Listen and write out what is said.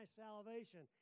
salvation